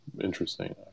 Interesting